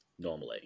normally